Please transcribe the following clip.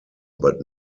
but